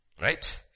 Right